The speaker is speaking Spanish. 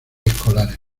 escolares